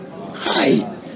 Hi